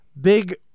big